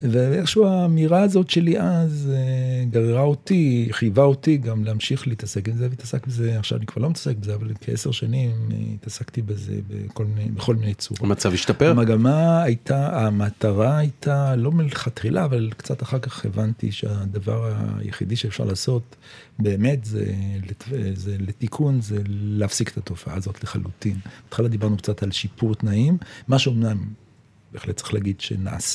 ואיכשהו האמירה הזאת שלי אז, גררה אותי, חייבה אותי גם להמשיך להתעסק עם זה ולהתעסק בזה... עכשיו אני כבר לא מתעסק בזה. אבל כעשר שנים התעסקתי בזה בכל מיני, בכל מיני צורות. המצב השתפר? המגמה הייתה, המטרה הייתה לא מלכתחילה, אבל קצת אחר כך הבנתי שהדבר היחידי שאפשר לעשות, באמת, זה... לטו... זה... לתיקון... זה להפסיק את התופעה הזאת לחלוטין. בהתחלה דיברנו קצת על שיפור תנאים, משהו אמנם, בהחלט צריך להגיד שנעשה...